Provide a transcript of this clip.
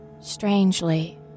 Strangely